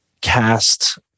cast